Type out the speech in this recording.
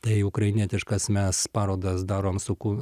tai ukrainietiškas mes parodas darom suku